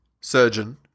surgeon